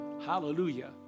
Hallelujah